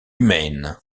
maine